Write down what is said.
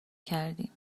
کردیم